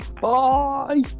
bye